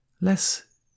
Less